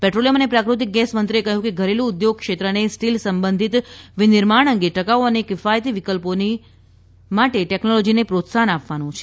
petroleum અને પ્રાકૃતિક gas મંત્રીએ કહ્યું છે કે ઘરેલુ ઉદ્યોગ ક્ષેત્રને સ્ટીલ સંબંધિત વિનિર્માણ અંગે ટકાઉ અને કિફાયતી વિકલ્પોની ઓળખ માટે ટેકનોલોજીને પ્રોત્સાહન આપવાનું છે